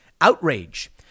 Outrage